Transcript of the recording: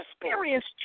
experienced